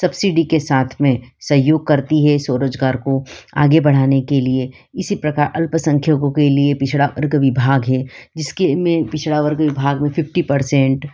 subsidy के साथ में सहयोग करती है स्वरोज़गार को आगे बढ़ाने के लिए इसी प्रकार अल्पसंख्यकों के लिए पिछड़ा वर्ग विभाग है जिसके में पिछड़ा वर्ग विभाग में फिफ्टी परसेंट